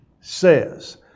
says